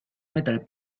metal